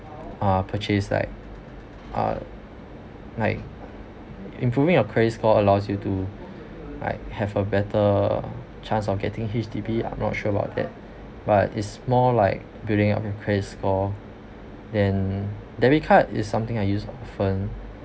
uh purchase like uh like improving your credit score allows you to like have a better chance of getting H_D_B i'm not sure about that but is more like building up your credit score then debit card is something I use often